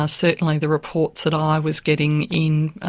certainly the reports that i was getting in, ah